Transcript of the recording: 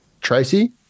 Tracy